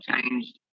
changed